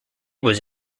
was